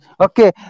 Okay